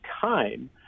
time